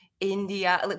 India